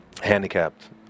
handicapped